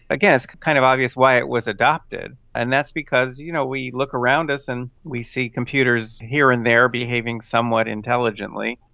kind of obvious why it was adopted, and that's because you know we look around us and we see computers here and there behaving somewhat intelligently,